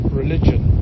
religion